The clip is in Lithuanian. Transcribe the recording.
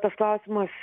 tas klausimas